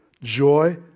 joy